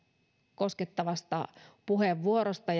koskettavasta puheenvuorosta